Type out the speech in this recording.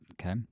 Okay